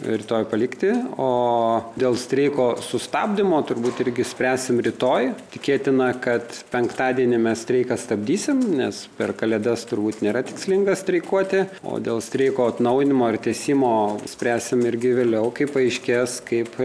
rytoj palikti o dėl streiko sustabdymo turbūt irgi spręsim rytoj tikėtina kad penktadienį mes streiką stabdysim nes per kalėdas turbūt nėra tikslinga streikuoti o dėl streiko atnaujinimo ir tęsimo spręsim irgi vėliau kai paaiškės kaip